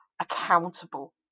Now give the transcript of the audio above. accountable